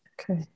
okay